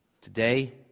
today